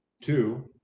Two